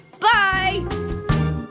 Bye